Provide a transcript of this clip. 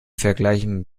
vergleichen